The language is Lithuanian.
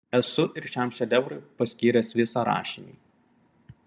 esu ir šiam šedevrui paskyręs visą rašinį